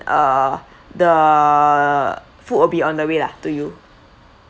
uh the food will be on the way lah to you